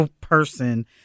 person